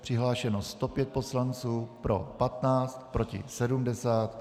Přihlášeno 105 poslanců, pro 15, proti 70.